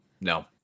No